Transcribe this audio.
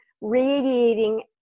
radiating